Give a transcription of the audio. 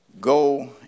go